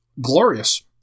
glorious